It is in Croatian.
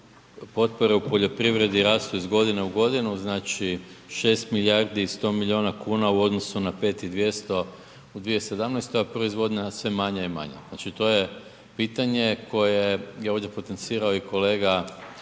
potpore u poljoprivredi rastu iz godine u godinu, znači 6 milijardi i 100 milijuna kuna u odnosu na 5 i 200 a u 2017. a proizvodnja sve manja i manja? Znači to je pitanje koje je ovdje potencirao i kolega